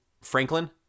franklin